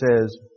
says